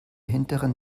hinteren